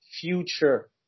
Future